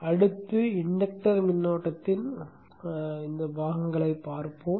அடுத்து இன்டக்டர் மின்னோட்டத்தின் பாகங்களைப் பார்ப்போம்